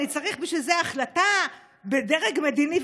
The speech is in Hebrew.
אני צריך בשביל זה החלטה בדרג מדיני.